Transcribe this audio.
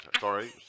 sorry